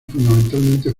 fundamentalmente